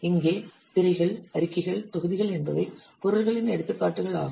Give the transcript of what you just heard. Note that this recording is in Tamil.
இங்கே திரைகள் அறிக்கைகள் தொகுதிகள் என்பவை பொருள்களின் எடுத்துக்காட்டுகள் ஆகும்